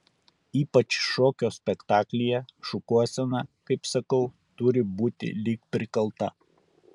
ypač šokio spektaklyje šukuosena kaip sakau turi būti lyg prikalta